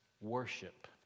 worship